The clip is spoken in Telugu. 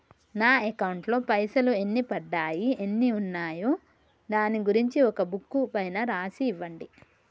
నా అకౌంట్ లో పైసలు ఎన్ని పడ్డాయి ఎన్ని ఉన్నాయో దాని గురించి ఒక బుక్కు పైన రాసి ఇవ్వండి?